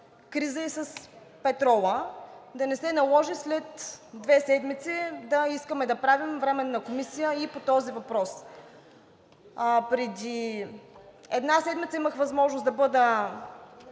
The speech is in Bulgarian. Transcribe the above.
криза и с петрола. Да не се наложи след две седмици да искаме да правим временна комисия и по този въпрос. Преди една седмица имах възможност да бъда